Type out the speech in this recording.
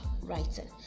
writing